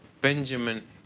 Benjamin